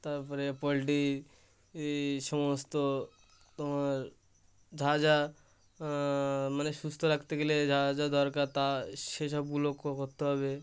তার পরে পোলট্রি এই সমস্ত তোমার যা যা মানে সুস্থ রাখতে গেলে যা যা দরকার তা সেসবগুলো করতে হবে